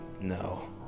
No